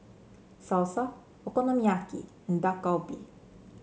Salsa Okonomiyaki and Dak Galbi